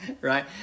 right